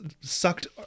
sucked